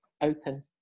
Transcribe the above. open